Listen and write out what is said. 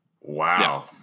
Wow